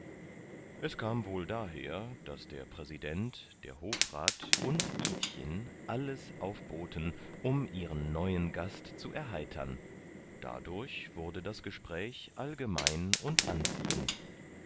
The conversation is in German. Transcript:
es kam dies wohl daher daß der präsident der hofrat und idchen alles aufboten um ihren neuen gast zu erheitern dadurch werde das gespräch allgemein und anziehend